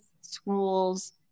schools